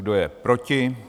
Kdo je proti?